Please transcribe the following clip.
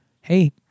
Hey